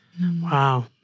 Wow